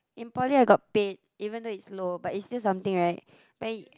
in poly I got paid even though it's low but it's still something right but in